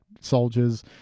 soldiers